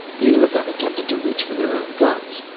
neither of them attempted to reach for their own guns.